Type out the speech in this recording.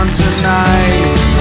tonight